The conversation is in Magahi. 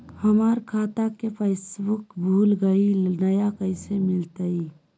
हमर खाता के पासबुक भुला गेलई, नया कैसे मिलतई?